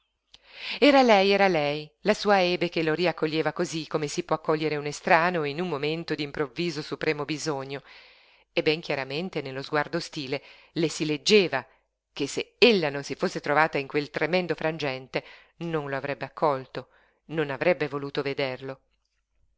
era lei era lei la sua ebe che lo riaccoglieva cosí come si può accogliere un estraneo in un momento d'improvviso supremo bisogno e ben chiaramente nello sguardo ostile le si leggeva che se ella non si fosse trovata in quel tremendo frangente non lo avrebbe accolto non avrebbe voluto vederlo